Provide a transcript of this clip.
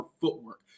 footwork